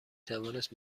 توانست